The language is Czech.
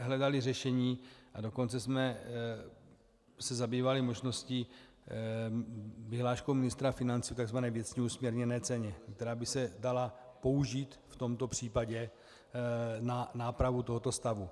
Hledali jsme řešení, a dokonce jsme se zabývali možností vyhláškou ministra financí o tzv. věcně usměrněné ceně, která by se dala použít v tomto případě na nápravu tohoto stavu.